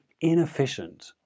inefficient